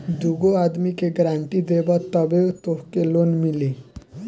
दूगो आदमी के गारंटी देबअ तबे तोहके लोन मिली